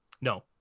no